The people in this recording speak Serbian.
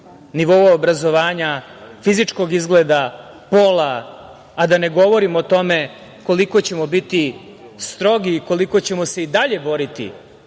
nivou obrazovanja, fizičkog izgleda, pola, a da ne govorim o tome koliko ćemo biti strogi, koliko ćemo se i dalje boriti